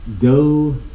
go